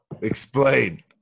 Explain